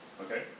Okay